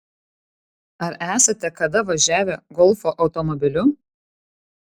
ar esate kada važiavę golfo automobiliu